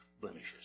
blemishes